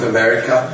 America